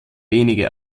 wenige